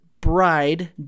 bride